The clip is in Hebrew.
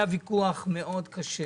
היה ויכוח מאוד קשה